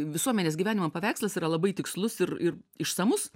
visuomenės gyvenimo paveikslas yra labai tikslus ir ir išsamus